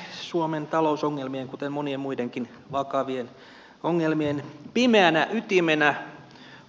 nähdäkseni suomen talousongelmien kuten monien muidenkin vakavien ongelmien pimeänä ytimenä